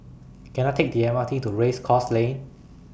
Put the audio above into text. Can I Take The M R T to Race Course Lane